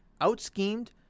out-schemed